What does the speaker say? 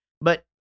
But-